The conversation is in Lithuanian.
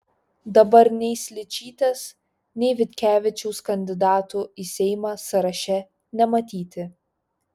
dabar nei sličytės nei vitkevičiaus kandidatų į seimą sąraše nematyti